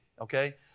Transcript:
Okay